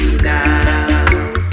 now